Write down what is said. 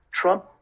Trump